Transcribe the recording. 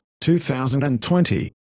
2020